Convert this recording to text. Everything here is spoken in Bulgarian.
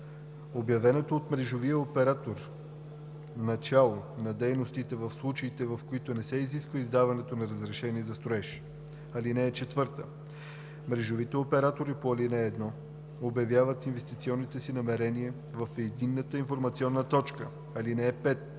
обявеното от мрежовия оператор начало на дейностите – в случаите, в които не се изисква издаването на разрешение за строеж. (4) Мрежовите оператори по ал. 1 обявяват инвестиционните си намерения в Единната информационна точка.